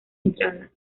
entrada